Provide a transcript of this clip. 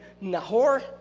Nahor